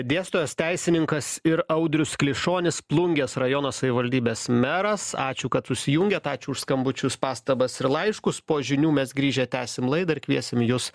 dėstytojas teisininkas ir audrius klišonis plungės rajono savivaldybės meras ačiū kad susijungėt ačiū už skambučius pastabas ir laiškus po žinių mes grįžę tęsim laidą ir kviesim jus